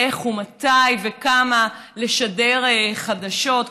איך ומתי וכמה לשדר חדשות,